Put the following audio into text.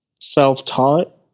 self-taught